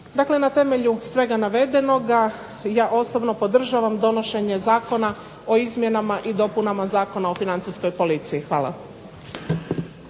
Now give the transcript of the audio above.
Dakle, na temelju svega navedenoga ja osobno podržavam donošenje Zakona o izmjenama i dopunama Zakona o financijskoj policiji. Hvala.